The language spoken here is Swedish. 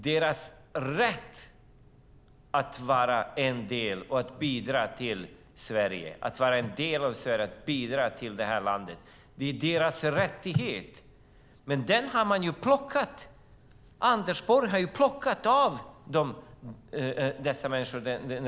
Deras rätt att vara en del av och bidra till Sverige har Anders Borg plockat av dem.